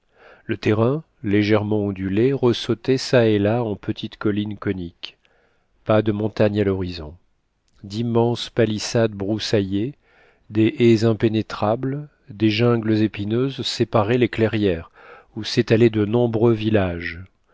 le terrain légèrement ondulé ressautait ça et là en petites collines coniques pas de montagnes à l'horizon d'immenses palissades broussaillées des haies impénétrables des jungles épineux séparaient les clairières où s'étalaient de nombreux villages